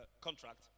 contract